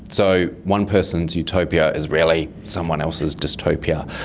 so one person's utopia is really someone else's dystopia,